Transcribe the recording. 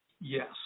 Yes